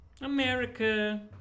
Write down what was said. america